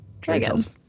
dragon's